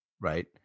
Right